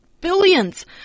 billions